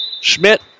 Schmidt